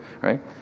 right